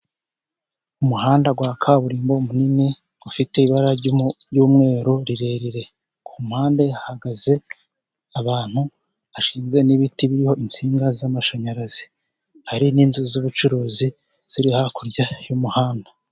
Umuhanda wa kaburimbo munini ufite ibara ry' umweru rirerire ku mpande hahagaze abantu, hashinze n' ibiti birimo insinga z' amashanyarazi hari n' inzu z' ubucuruzi ziri hakurya y' umuhanda.